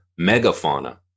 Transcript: megafauna